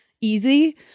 easy